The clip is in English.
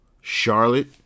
Charlotte